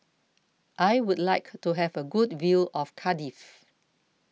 I would like to have a good view of Cardiff